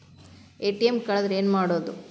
ATM ಕಳದ್ರ ಏನು ಮಾಡೋದು?